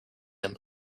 him